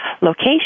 location